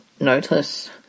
notice